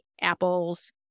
apples